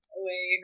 away